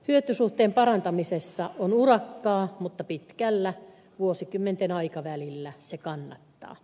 hyötysuhteen parantamisessa on urakkaa mutta pitkällä vuosikymmenten aikavälillä se kannattaa